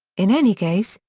in any case,